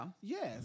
yes